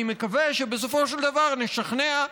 אני מקווה שבסופו של דבר נשכנע,